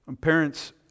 Parents